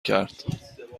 کرد